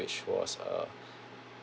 which was uh